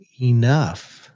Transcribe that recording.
enough